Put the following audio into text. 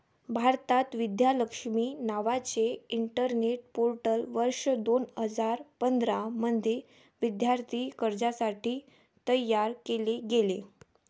भारतात, विद्या लक्ष्मी नावाचे internet portal वर्ष दोन हजार पंधरा मध्ये विद्यार्थी कर्जासाठी तयार केले गेले